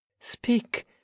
Speak